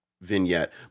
vignette